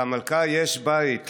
/ למלכה יש בית,